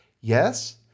yes